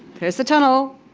there's the tunnel.